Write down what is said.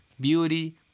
beauty